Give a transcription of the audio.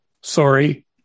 sorry